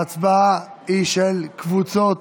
ההצבעה היא של קבוצות